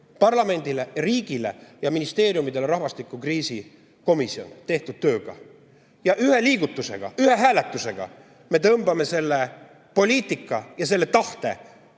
parlamendile, riigile ja ministeeriumidele rahvastikukriisi komisjon tehtud tööga. Kuid ühe liigutusega, ühe hääletusega me tõmbame selle poliitika ja selle tahte